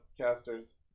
casters